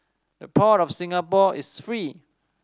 the Port of Singapore is free